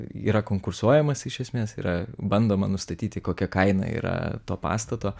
yra konkursuojamas iš esmės yra bandoma nustatyti kokia kaina yra to pastato